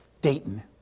Dayton